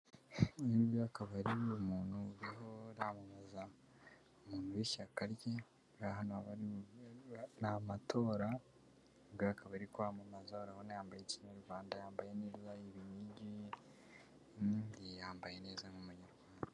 Uyu akaba ari n umuntu wiramamaza umuntu w'ishyaka rye arahana bari namatora bwa kabiri kwamamaza urabona yambaye ikinyarwanda yambaye nezaibkingikingi yambaye neza nk'umunyarwanda.